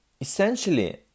essentially